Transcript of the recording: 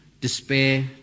despair